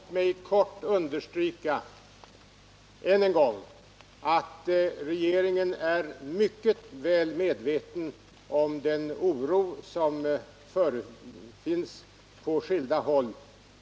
Herr talman! Låt mig kort understryka än en gång att regeringen är mycket väl medveten om den oro som förefinns på skilda håll.